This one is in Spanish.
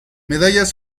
medallas